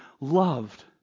loved